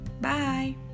Bye